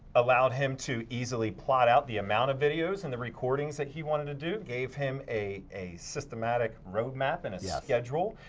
allowed him to easily plot out the amount of videos and the recordings that he wanted to do, gave him a a systematic road map and a yeah schedule.